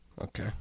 Okay